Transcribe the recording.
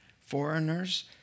foreigners